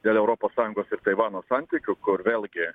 dėl europos sąjungos ir taivano santykių kur vėlgi